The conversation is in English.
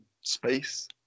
space